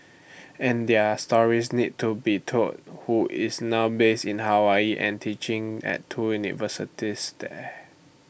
and their stories needed to be told who is now based in Hawaii and teaching at two universities there